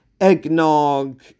eggnog